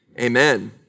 amen